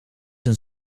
een